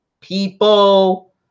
People